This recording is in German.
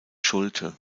schulte